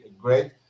great